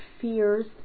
fears